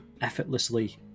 effortlessly